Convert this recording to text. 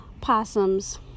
possums